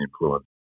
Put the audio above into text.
influence